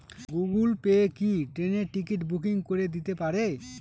Google Pay কি ট্রেনের ticket booking করে দিতে পারে?